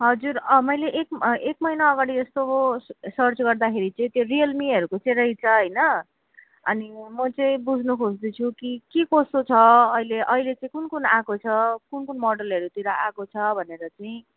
हजुर मैले एक महिना यस्तो सर्च गर्दाखेरि चाहिँ त्यो रियलमीहरूको चाहिँ रहेछ होइन अनि म चाहिँ बुझ्नु खोज्दैछु कि के कस्तो छ अहिले अहिले चाहिँ कुन कुन आएको छ कुन कुन मोडलहरूतिर आएको छ भनेर चाहिँ